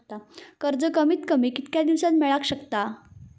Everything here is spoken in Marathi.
कर्ज कमीत कमी कितक्या दिवसात मेलक शकता?